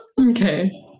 Okay